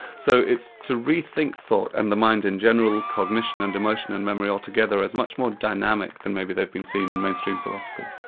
so it's to re-think thought, and the mind in general, cognition and emotion and memory all together as much more dynamic than maybe they've been seen in mainstream philosophy.